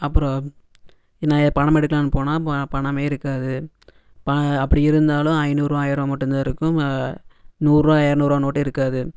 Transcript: அப்புறம் நான் ஏ பணம் எடுக்கலான்னு போனால் பணமே இருக்காது அப்படி இருந்தாலும் ஐநூறு ஆயிரம் மட்டும்தான் இருக்கும் நூறுரூவா எரநூறுவா நோட்டே இருக்காது